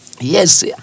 Yes